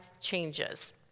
changes